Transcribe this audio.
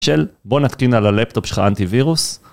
של "בוא נתקין על הלפטופ שלך אנטי וירוס".